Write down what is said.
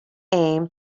aim